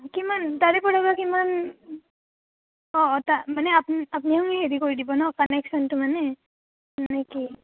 কিমান তাৰেপৰা বা কিমান অঁ তা মানে আপুনিয়ে আমাক হেৰি কৰি দিব নহ্ কানেকশ্য়নটো মানে নে কি